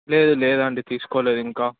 లేదు లేదండి తీసుకోలేదు ఇంకా